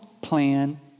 plan